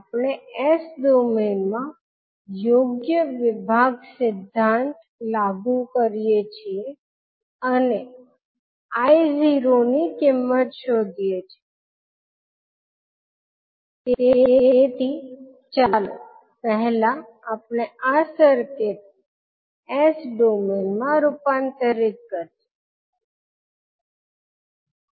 આપણે s domain માં યોગ્ય વિભાગ સિદ્ધાંત લાગુ કરીએ છીએ અને 𝑖0 ની કિંમત શોધીએ છીએ તેથી ચાલો પહેલા આ સર્કિટને s ડોમેઈન માં રૂપાંતરિત કરીએ